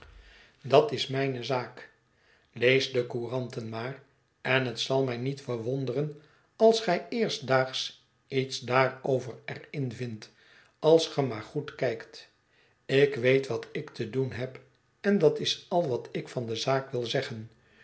dat is mijne het verlaten huis zaak lees de couranten maar en het zal mij niet verwonderen als gij eerstdaags iets daarover er in vindt als ge maar goed kijkt ik weet wat ik te doen heb en dat is al wat ik van de zaak wil zeggen